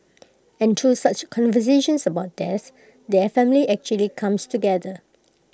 and through such conversations about death the family actually comes together